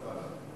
צודק.